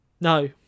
No